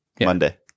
Monday